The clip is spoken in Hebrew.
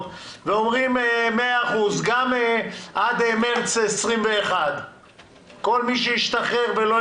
ואומרים: עד מרץ 2021 לכל מי שהשתחרר?